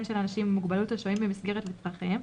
של אנשים עם מוגבלות השוהים במסגרת וצרכיהם,